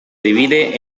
divide